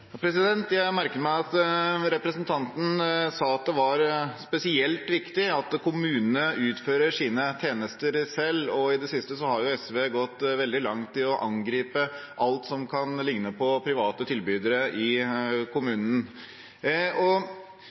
Jeg merket meg at representanten sa at det var spesielt viktig at kommunene utfører sine tjenester selv, og i det siste har jo SV gått veldig langt i å angripe alt som kan ligne på private tilbydere i kommunen. Jeg tenker tilbake på barnehageforliket, som SV og